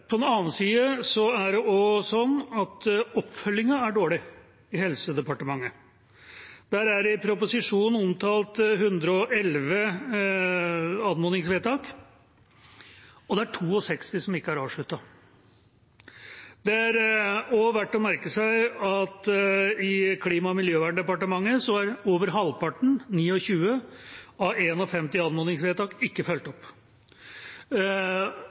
På den annen side er det også sånn at oppfølginga er dårlig i Helsedepartementet. Der er det i proposisjonen omtalt 111 anmodningsvedtak, og det er 62 som ikke er avsluttet. Det er også verdt å merke seg at i Klima- og miljøverndepartementet er over halvparten, 29 av 51 anmodningsvedtak, ikke fulgt opp.